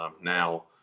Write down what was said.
Now